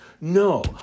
No